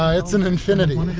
ah it's an infinity.